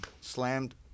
slammed